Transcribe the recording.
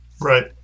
Right